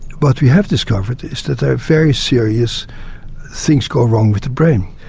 but we have discovered is that there are very serious things going wrong with brain,